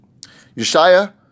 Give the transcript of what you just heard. Yeshaya